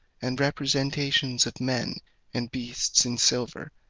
and representations of men and beasts in silver,